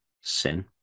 sin